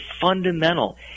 fundamental